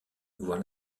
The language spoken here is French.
voir